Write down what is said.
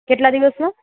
કેટલા દિવસમાં